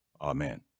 amen